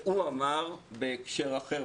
והוא אמר בהקשר אחר,